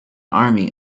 army